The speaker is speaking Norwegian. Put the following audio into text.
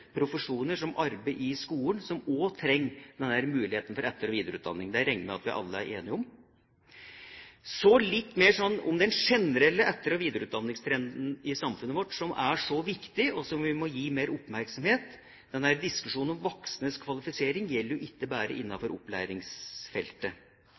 profesjoner som arbeider i skolen, som også trenger mulighet for etter- og videreutdanning. Det regner jeg med at vi alle er enige om. Så litt mer om den generelle etter- og videreutdanningstrenden i samfunnet vårt, som er så viktig, og som vi må vie mer oppmerksomhet. Diskusjonen om voksnes kvalifisering gjelder ikke bare